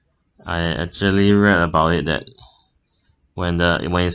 I actually read about it that when the when is